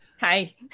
Hi